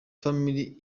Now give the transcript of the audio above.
family